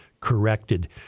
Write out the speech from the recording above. corrected